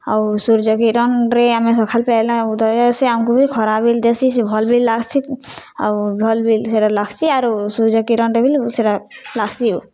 ଆଉ ସୂର୍ଯ୍ୟ କିରଣ୍ରେ ଆମେ ସଖାଲ୍ ପାଏଲା ଉଦୟ ହେସି ଆମ୍କୁ ବି ଖରା ବିଲ୍ ଦେସି ସେ ଭଲ୍ ବିଲ୍ ଲାଗ୍ସି ଆଉ ଭଲ୍ ବିଲ୍ ସେଟା ଲାଗ୍ସି ଆରୁ ସୂର୍ଯ୍ୟ କିରଣ୍ଟେ ବିଲ୍ ସେଟା ଲାଗ୍ସି